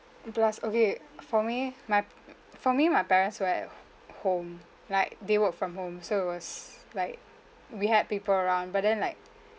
plus okay for me my for me my parents were at home like they work from home so it was like we had people around but then like